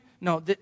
No